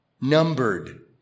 numbered